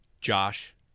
Josh